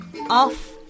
Off